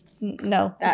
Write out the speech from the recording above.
no